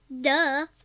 Duh